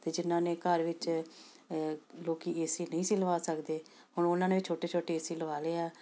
ਅਤੇ ਜਿਨ੍ਹਾਂ ਨੇ ਘਰ ਵਿੱਚ ਲੋਕ ਏ ਸੀ ਨਹੀਂ ਸੀ ਲਵਾ ਸਕਦੇ ਹੁਣ ਉਹਨਾਂ ਨੇ ਵੀ ਛੋਟੇ ਛੋਟੇ ਏ ਸੀ ਲਵਾ ਲਏ ਆ